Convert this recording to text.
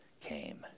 came